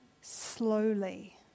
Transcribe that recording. slowly